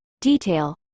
detail